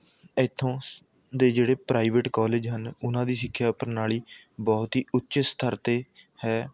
ਇੱਥੋਂ ਦੇ ਜਿਹੜੇ ਪ੍ਰਾਈਵੇਟ ਕਾਲਜ ਹਨ ਉਹਨਾਂ ਦੀ ਸਿੱਖਿਆ ਪ੍ਰਣਾਲੀ ਬਹੁਤ ਹੀ ਉੱਚੇ ਸਤਰ 'ਤੇ ਹੈ